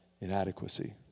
inadequacy